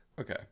Okay